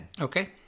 Okay